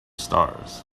stars